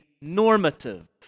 normative